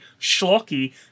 Schlocky